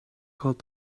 called